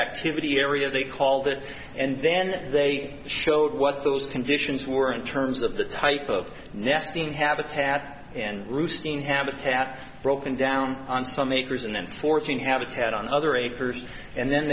activity area they call that and then they showed what those conditions were in terms of the type of nesting habitat and in habitat broken down on some acres and then forcing habitat on other acres and then